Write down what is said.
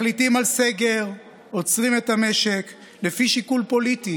מחליטים על סגר, עוצרים את המשק לפי שיקול פוליטי